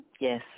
Yes